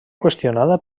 qüestionada